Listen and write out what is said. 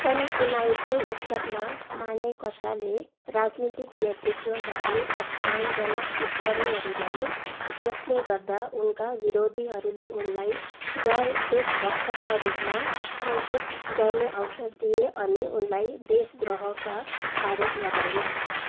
सन् उन्नाइस सय एकसट्ठीमा मानेकशाले राजनीतिक नेतृत्वबारे अपमानजनक टिप्पणीहरू गरे जस्ले गर्दा उनका विरोधीहरूले उनलाई गैर देशभक्तका रूपमा अङ्कित गर्ने अवसर दिए अनि उनलाई देशद्रोहका आरोप लगाइयो